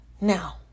Now